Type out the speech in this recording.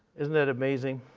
isn't that amazing?